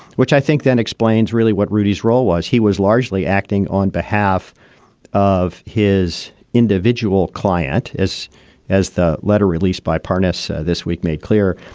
which i think then explains really what rudy's role was. he was largely acting on behalf of his individual client. as as the letter released by parnas this week made clear,